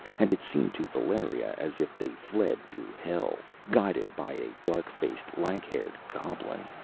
and it seemed to valeria as if they fled through hell, guided by a dark-faced, lank-haired goblin.